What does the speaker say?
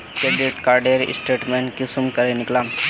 Credit कार्डेर statement कुंसम करे निकलाम?